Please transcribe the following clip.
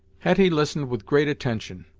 hetty listened with great attention,